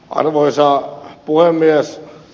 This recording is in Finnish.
arvoisa puhemies